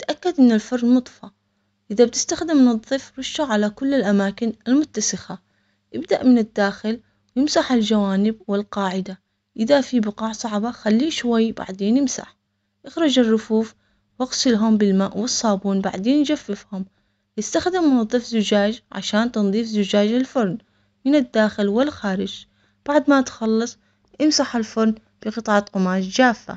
تأكد من الفرن مطفى اذا بتستخدم نظف رشه على كل الاماكن المتسخة ابدأ من الداخل امسح الجوانب والقاعدة اذا في بقع صعبة خليه شوي بعدين امسح اخرج الرفوف واغسلهم بالماء والصابون بعدين جففهم يستخدم منظف زجاج عشان تنظيف زجاج الفرن من الداخل والخارج بعد ما تخلص امسح الفرن بقطعة قماش جافة.